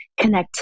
connectivity